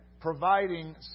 providing